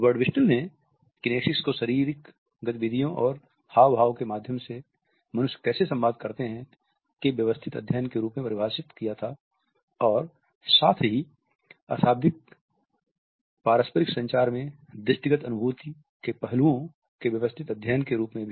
Birdwhistell ने kinesics को शारीरिक गतिविधियों और हावभाव के माध्यम से मनुष्य कैसे संवाद करते हैं के व्यवस्थित अध्ययन के रूप में परिभाषित किया था और साथ ही अशाब्दिक पारस्परिक संचार में दृष्टि गत अनुभूति के पहलुओं के व्यवस्थित अध्ययन के रूप में भी